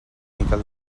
miquel